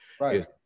Right